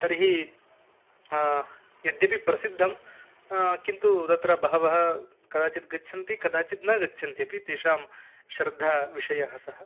तर्हि यद्यपि प्रसिद्धं किन्तु तत्र बहवः कदाचित् गच्छन्ति कदाचित् न गच्छन्ति अपि तेषां श्रद्धा विषयः सः